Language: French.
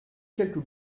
quelques